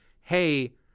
hey